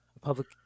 public